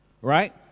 Right